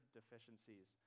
deficiencies